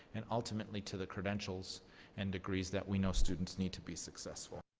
and ultimately to the credentials and degrees that we know students need to be successful.